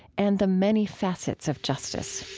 and the many facets of justice